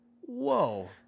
Whoa